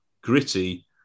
gritty